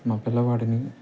మా పిల్లవాడిని